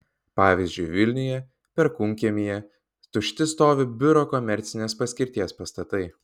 pavyzdžiui vilniuje perkūnkiemyje tušti stovi biuro komercinės paskirties pastatai